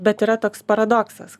bet yra toks paradoksas